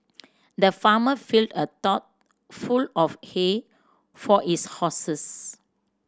the farmer filled a trough full of hay for his horses